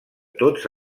tots